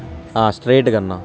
స్ట్రైట్గా అన్నా